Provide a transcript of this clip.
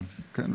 כן.